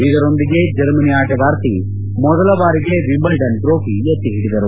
ಇದರೊಂದಿಗೆ ಜರ್ಮನಿ ಆಟಗಾರ್ತಿ ಮೊದಲಬಾರಿಗೆ ಎಂಬಲ್ಡನ್ ಟ್ರೋಫಿ ಎತ್ತಿ ಹಿಡಿದರು